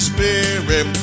Spirit